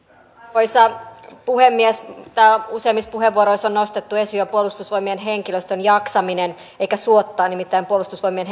arvoisa puhemies täällä useammissa puheenvuoroissa on jo nostettu esiin puolustusvoimien henkilöstön jaksaminen eikä suotta nimittäin puolustusvoimien